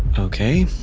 ok